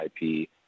IP